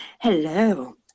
Hello